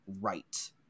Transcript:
right